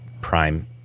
prime